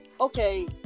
okay